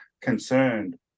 concerned